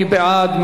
מי בעד?